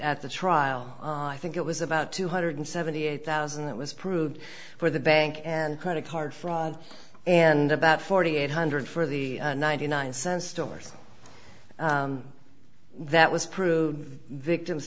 at the trial i think it was about two hundred seventy eight thousand that was approved for the bank and credit card fraud and about forty eight hundred for the ninety nine cent stores that was proved victims